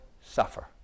suffer